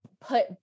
put